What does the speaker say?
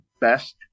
best